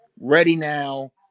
ready-now